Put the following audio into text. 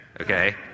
Okay